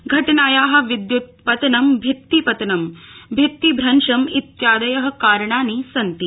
घटनास् विद्य्त पतनं भितिपतनं भ्रित्तिभ्रंश इत्यादय कारणानि सन्ति